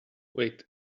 wait